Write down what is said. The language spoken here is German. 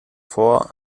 vor